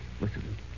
Listen